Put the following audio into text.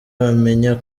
wamenya